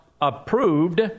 approved